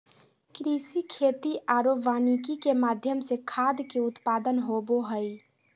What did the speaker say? कृषि, खेती आरो वानिकी के माध्यम से खाद्य के उत्पादन होबो हइ